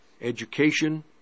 Education